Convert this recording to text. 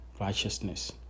righteousness